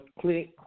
click